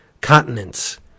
continents